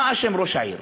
מה אשם ראש העיר?